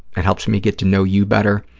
it helps me get to know you better.